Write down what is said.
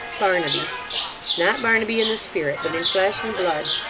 barnaby not barnaby in the spirit, but in flesh and blood,